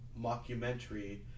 mockumentary